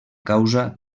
causa